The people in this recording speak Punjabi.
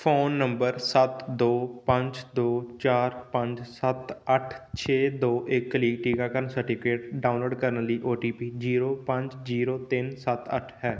ਫ਼ੋਨ ਨੰਬਰ ਸੱਤ ਦੋ ਪੰਜ ਦੋ ਚਾਰ ਪੰਜ ਸੱਤ ਅੱਠ ਛੇ ਦੋ ਇੱਕ ਲਈ ਟੀਕਾਕਰਨ ਸਰਟੀਫਿਕੇਟ ਡਾਊਨਲੋਡ ਕਰਨ ਲਈ ਓ ਟੀ ਪੀ ਜੀਰੋ ਪੰਜ ਜੀਰੋ ਤਿੰਨ ਸੱਤ ਅੱਠ ਹੈ